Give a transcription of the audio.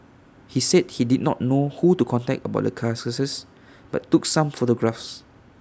he said he did not know who to contact about the carcasses but took some photographs